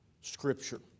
scripture